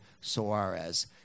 Suarez